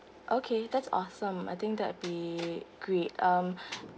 okay that's awesome I think that'd be great um